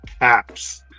apps